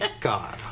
God